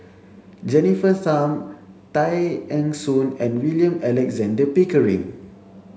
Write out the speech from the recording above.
Jennifer Tham Tay Eng Soon and William Alexander Pickering